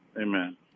Amen